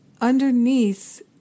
underneath